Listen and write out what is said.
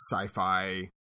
sci-fi